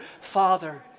Father